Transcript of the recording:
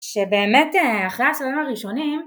שבאמת אחרי הסרטונים הראשונים